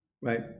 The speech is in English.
Right